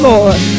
Lord